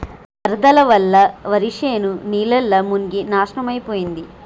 వరదల వల్ల వరిశేను నీళ్లల్ల మునిగి నాశనమైపోయింది